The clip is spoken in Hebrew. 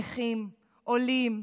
נכים, עולים,